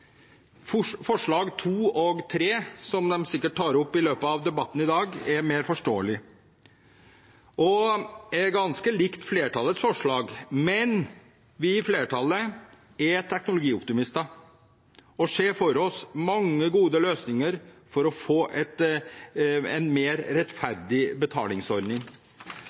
og 3, som sikkert blir tatt opp i løpet av debatten i dag, er mer forståelige og ganske like flertallets forslag, men vi i flertallet er teknologioptimister og ser for oss mange gode løsninger for å få en mer rettferdig betalingsordning.